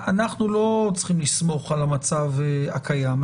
אנחנו לא צריכים לסמוך על המצב הקיים.